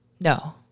No